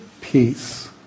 peace